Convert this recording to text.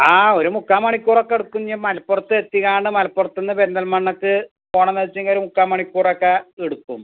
ആ ഒരു മുക്കാൽ മണിക്കൂറക്കെ എടുക്കും ഇനി മലപ്പുറത്ത് എത്തികാണ്ട് മലപ്പുർത്തൂന്ന് പെരിന്തൽമണ്ണയ്ക്ക് പോകണന്ന് വെച്ചങ്കിൽ ഒരു മുക്കാൽ മണിക്കൂറക്കെ എടുക്കും